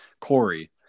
Corey